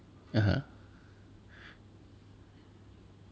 (uh huh)